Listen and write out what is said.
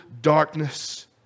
darkness